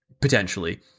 potentially